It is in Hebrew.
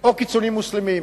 או קיצונים מוסלמים.